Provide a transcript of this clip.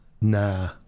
Nah